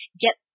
get